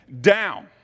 down